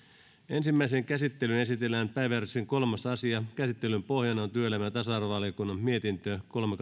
ensimmäiseen käsittelyyn esitellään päiväjärjestyksen kolmas asia käsittelyn pohjana on työelämä ja tasa arvovaliokunnan mietintö kolme